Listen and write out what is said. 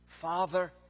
Father